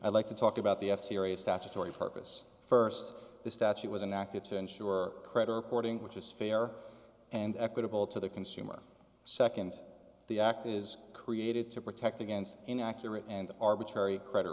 i like to talk about the f series statutory purpose st the statute was enacted to ensure credit reporting which is fair and equitable to the consumer nd the act is created to protect against inaccurate and arbitrary credit